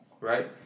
right